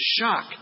shock